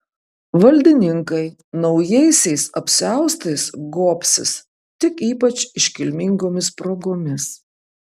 valdininkai naujaisiais apsiaustais gobsis tik ypač iškilmingomis progomis